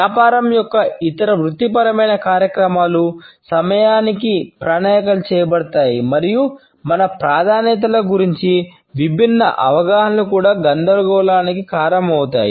వ్యాపారం మరియు ఇతర వృత్తిపరమైన కార్యకలాపాలు సమయానికి ప్రణాళిక చేయబడతాయి మరియు మన ప్రాధాన్యతల గురించి విభిన్న అవగాహనలు కూడా గందరగోళానికి కారణమవుతాయి